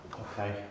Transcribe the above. Okay